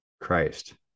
Christ